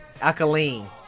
Alkaline